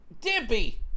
Dippy